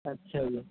ਅੱਛਾ ਜੀ